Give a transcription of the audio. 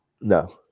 No